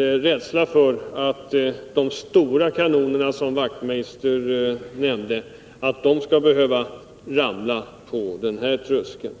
rädsla hos de stora kanonerna, som Knut Wachtmeister nämnde, att inte klara sig i detta sammanhang vara försvunnen.